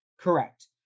Correct